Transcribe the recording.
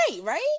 right